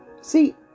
See